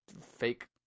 fake